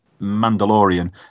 Mandalorian